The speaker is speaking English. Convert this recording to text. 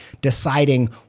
deciding